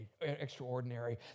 extraordinary